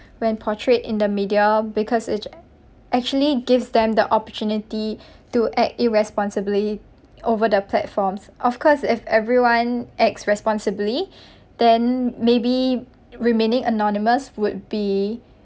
when portrayed in the media because it's actually gives them the opportunity to act irresponsibly over the platforms of course if everyone acts responsibly then maybe remaining anonymous would be